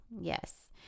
Yes